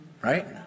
right